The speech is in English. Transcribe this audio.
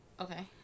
okay